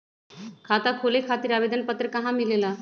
खाता खोले खातीर आवेदन पत्र कहा मिलेला?